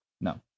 No